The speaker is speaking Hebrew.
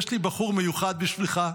יש לי בחור מיוחד בשבילך,